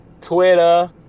Twitter